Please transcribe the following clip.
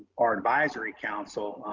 our advisory council,